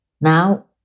Now